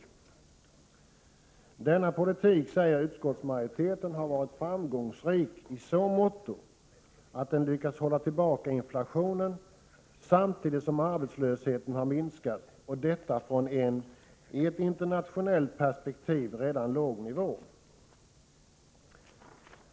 Denna politik, säger utskottsmajoriteten, har varit framgångsrik i så måtto att den lyckats hålla tillbaka inflationen, samtidigt som arbetslösheten har minskat och detta från en i ett internationellt perspektiv redan låg nivå.